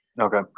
Okay